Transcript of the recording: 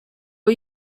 are